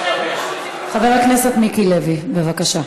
חבר הכנסת מיקי לוי, בבקשה.